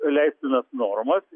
leistinas normas